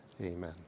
amen